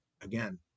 again